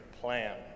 plan